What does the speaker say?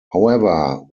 however